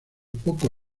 poco